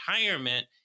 retirement